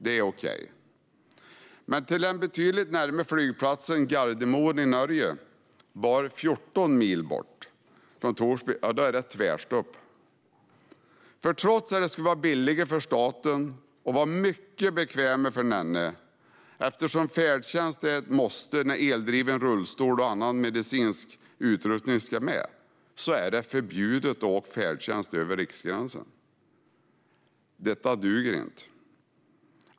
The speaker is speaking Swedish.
Men när det gäller den betydligt närmare flygplatsen Gardermoen i Norge, som ligger bara 14 mil från Torsby, är det tvärstopp, trots att det skulle vara billigare för staten och vara mycket bekvämare för Nenne. Färdtjänst är ett måste när eldriven rullstol och annan medicinsk utrustning ska med, men det är förbjudet att åka färdtjänst över riksgränsen. Detta duger inte.